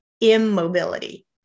immobility